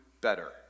better